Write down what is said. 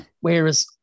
Whereas